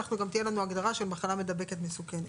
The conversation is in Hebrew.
גם תהיה לנו הגדרה של מחלה מידבקת מסוכנת.